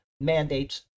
mandates